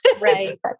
right